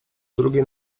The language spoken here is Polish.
drugiej